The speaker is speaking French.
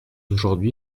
aujourd’hui